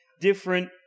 different